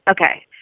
Okay